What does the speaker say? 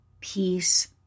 peace